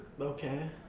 Okay